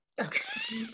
Okay